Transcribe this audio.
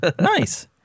Nice